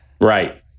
right